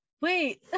wait